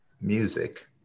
music